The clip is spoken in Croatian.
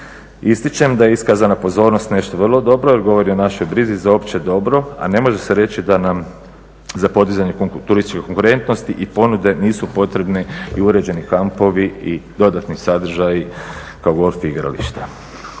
Ističem da je iskazana pozornost nešto vrlo dobro jer govori o našoj brizi za opće dobro, a ne može se reći da nam za podizanje turističke konkurentnosti i ponude nisu potrebni i uređeni kampovi i dodatni sadržaji kao golf igrališta.